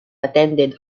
attended